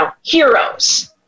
heroes